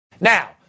Now